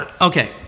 Okay